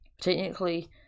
Technically